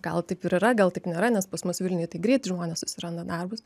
gal taip ir yra gal taip nėra nes pas mus vilniuj tai greit žmonės susiranda darbus